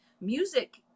music